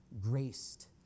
graced